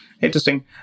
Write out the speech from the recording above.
Interesting